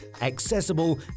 accessible